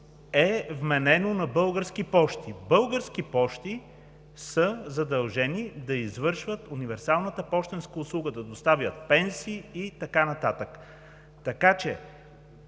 е вменено на Български пощи. Български пощи са задължени да извършват универсалната пощенска услуга, да доставят пенсии и така нататък, така че